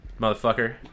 motherfucker